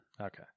Okay